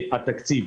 לתקציב.